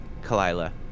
Kalila